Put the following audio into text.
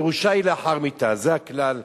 ירושה היא לאחר מיתה, זה הכלל בתלמוד,